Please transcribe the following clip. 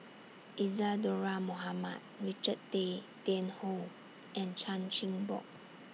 Isadhora Mohamed Richard Tay Tian Hoe and Chan Chin Bock